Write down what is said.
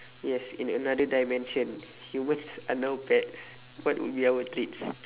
yes in another dimension humans are now pets what would be our treats